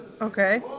Okay